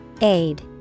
Aid